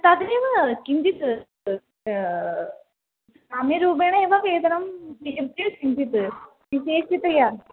तदेव किञ्चित् साम्यरूपेण एव वेतनं किं किञ्चित् विशेषतया